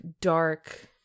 dark